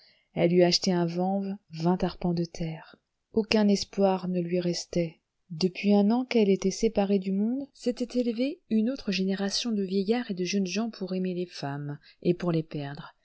elle eût acheté à vanves vingt arpents de terre aucun espoir ne lui restait depuis un an qu'elle était séparée du monde s'était élevée une autre génération de vieillards et de jeunes gens pour aimer les femmes et pour les perdre